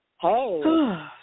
Hey